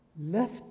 left